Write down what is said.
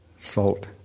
salt